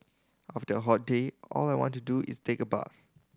after a hot day all I want to do is take a bath